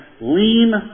lean